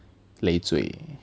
累赘